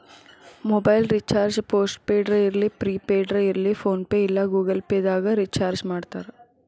mobile recharge post ಪೇಡರ ಇರ್ಲಿ prepaid ಇರ್ಲಿ ಫೋನ್ಪೇ ಇಲ್ಲಾ ಗೂಗಲ್ ಪೇದಾಗ್ ರಿಚಾರ್ಜ್ಮಾಡ್ತಾರ